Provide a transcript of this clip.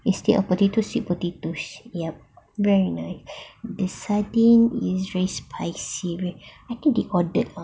instead of potatoes sweet potatoes ya very nice the sardine is very spicy very I think they ordered um